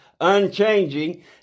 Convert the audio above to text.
unchanging